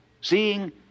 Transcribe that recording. seeing